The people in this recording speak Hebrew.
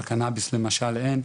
על קנאביס למשל אין,